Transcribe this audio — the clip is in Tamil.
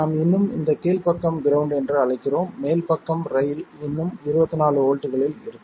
நாம் இன்னும் இந்த கீழ் பக்கம் கிரவுண்ட் என்று அழைக்கிறோம் மேல் பக்கம் ரயில் இன்னும் 24 வோல்ட்களில் இருக்கும்